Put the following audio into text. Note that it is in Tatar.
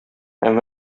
һәм